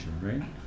right